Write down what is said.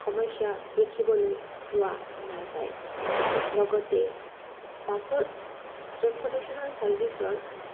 সমস্যা দেখিবলৈ পোৱা নাযায় লগতে বাছৰ ট্ৰেন্সপৰ্টেশ্যনৰ ছাৰ্ভিচৰ